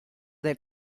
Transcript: del